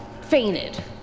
Fainted